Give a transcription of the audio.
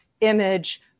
image